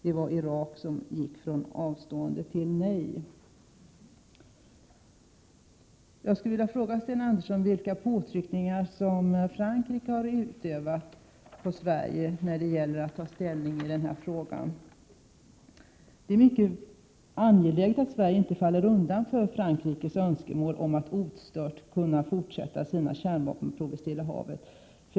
Det var Irak som gick från avstående till nej.” Jag skulle vilja fråga Sten Andersson vilka påtryckningar Frankrike har utövat på Sverige när det gällt att ta ställning i denna fråga. Det är angeläget att Sverige inte faller undan för Frankrikes önskemål om att ostört få fortsätta sina kärnvapenprov i Stilla havet.